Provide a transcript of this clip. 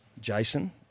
Jason